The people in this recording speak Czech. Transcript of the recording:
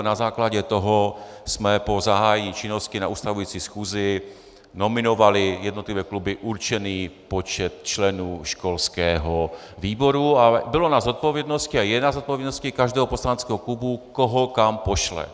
Na základě toho jsme po zahájení činnosti na ustavující schůzi nominovali jednotlivými kluby určený počet členů školského výboru, ale bylo na zodpovědnosti a je na zodpovědnosti každého poslaneckého klubu, koho kam pošle.